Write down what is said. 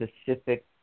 specific